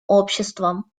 обществам